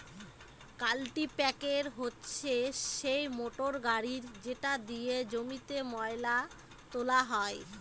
কাল্টিপ্যাকের হচ্ছে সেই মোটর গাড়ি যেটা দিয়ে জমিতে ময়লা তোলা হয়